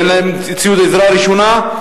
ציוד עזרה ראשונה,